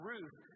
Ruth